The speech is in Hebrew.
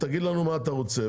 תגיד לנו מה אתה רוצה,